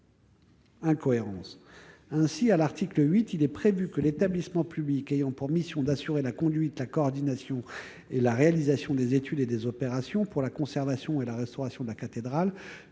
incohérent. Ainsi, l'article 8 prévoit que l'établissement public ayant pour mission d'assurer la conduite, la coordination et la réalisation des études et des opérations pour la conservation et la restauration de la cathédrale